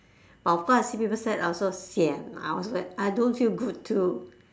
of course I see people sad I also sian I also I don't feel good too